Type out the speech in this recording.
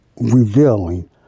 revealing